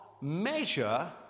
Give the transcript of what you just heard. measure